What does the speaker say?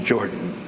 Jordan